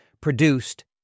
produced